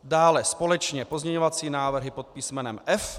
Dále společně pozměňovací návrhy pod písmenem F.